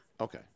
Okay